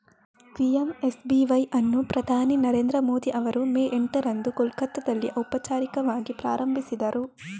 PMSBY ಅನ್ನು ಪ್ರಧಾನಿ ನರೇಂದ್ರ ಮೋದಿ ಅವರು ಮೇ ಎಂಟರಂದು ಕೋಲ್ಕತ್ತಾದಲ್ಲಿ ಔಪಚಾರಿಕವಾಗಿ ಪ್ರಾರಂಭಿಸಿದರು